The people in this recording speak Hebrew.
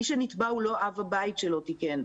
מי שנתבע הוא לא אב הבית שלא תיקן.